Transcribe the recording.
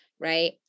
right